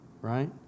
Right